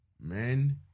men